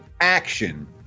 ACTION